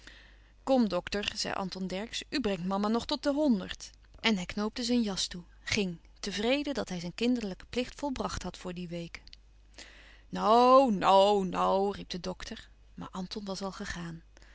kom dokter zei anton dercksz u brengt mama nog tot de honderd en hij knoopte zijn jas toe ging tevreden dat hij zijn kinderlijken plicht volbracht had voor die week noù noù noù riep de dokter maar anton was al gegaan